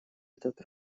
этот